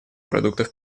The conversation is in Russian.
продуктов